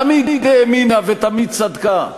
תמיד האמינה ותמיד צדקה.